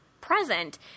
present